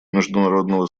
международного